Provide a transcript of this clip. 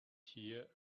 here